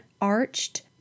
arched